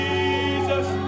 Jesus